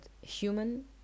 human